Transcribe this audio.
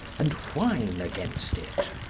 and whine against it.